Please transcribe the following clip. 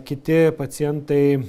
kiti pacientai